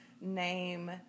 name